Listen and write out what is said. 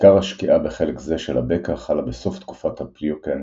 עיקר השקיעה בחלק זה של הבקע חלה בסוף תקופת הפליוקן